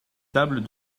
tables